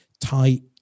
tight